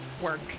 work